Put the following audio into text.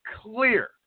clear